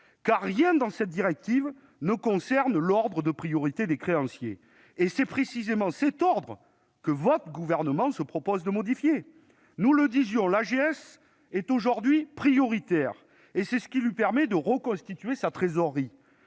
car rien dans cette directive ne concerne l'ordre de priorité des créanciers. Or c'est précisément cet ordre que votre gouvernement se propose de modifier. L'AGS est aujourd'hui prioritaire, et c'est ce qui lui permet de reconstituer sa trésorerie.